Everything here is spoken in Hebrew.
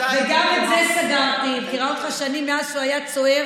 אני מכירה אותו שנים, מאז שהוא היה צוער,